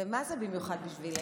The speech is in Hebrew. זה מה זה במיוחד בשבילך.